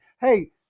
Hey